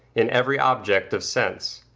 in every object of sense.